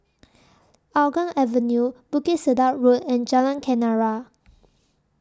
Hougang Avenue Bukit Sedap Road and Jalan Kenarah